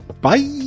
Bye